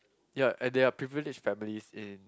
ya and there are privileged families in